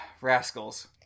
rascals